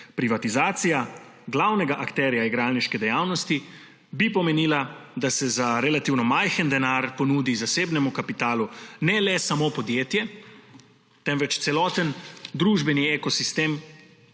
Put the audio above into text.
Privatizacija glavnega akterja igralniške dejavnosti bi pomenila, da se za relativno majhen denar ponudi zasebnemu kapitalu ne le samo podjetje, temveč celoten družbeni ekosistem,